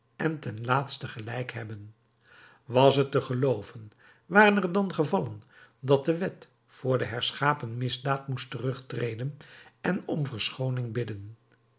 en ten laatste gelijk hebben was het te gelooven waren er dan gevallen dat de wet voor de herschapen misdaad moest terugtreden en om verschooning bidden